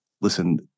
listen